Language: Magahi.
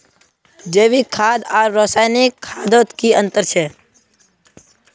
जैविक खाद आर रासायनिक खादोत की अंतर छे?